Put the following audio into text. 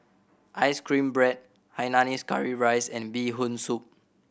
ice cream bread hainanese curry rice and Bee Hoon Soup